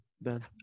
Ben